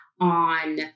on